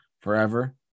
forever